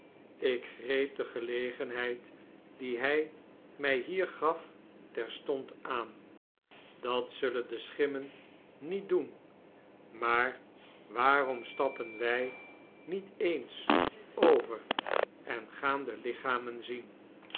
ik greep de gelegenheid die hy mij hier gaf terstond aan dat zullen de schimmen niet doen maar waarom stappen wfl niet eens over en gaan de lichamen zien